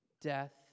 death